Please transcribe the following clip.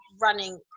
running